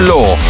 Law